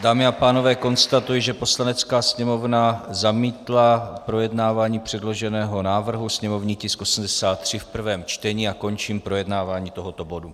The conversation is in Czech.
Dámy a pánové, konstatuji, že Poslanecká sněmovna zamítla projednávání předloženého návrhu, sněmovní tisk 83 v prvním čtení, a končím projednávání tohoto bodu.